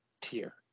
tier